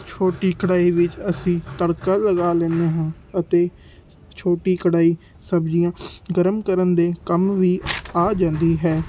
ਛੋਟੀ ਕੜਾਹੀ ਵਿੱਚ ਅਸੀਂ ਤੜਕਾ ਲਗਾ ਲੈਂਦੇ ਹਾਂ ਅਤੇ ਛੋਟੀ ਕੜਾਹੀ ਸਬਜ਼ੀਆਂ ਗਰਮ ਕਰਨ ਦੇ ਕੰਮ ਵੀ ਆ ਜਾਂਦੀ ਹੈ